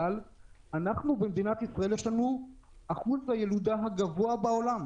אבל אנחנו במדינת ישראל עם אחוז הילודה הגבוה בעולם.